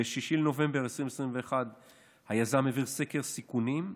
ב-6 בנובמבר 2021 היזם העביר סקר סיכונים,